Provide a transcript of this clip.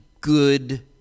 good